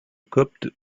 copte